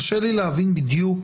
קשה לי להבין בדיוק